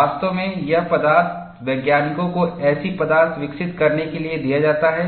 वास्तव में यह पदार्थ वैज्ञानिकों को ऐसी पदार्थ विकसित करने के लिए दिया जाता है